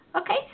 Okay